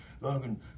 Logan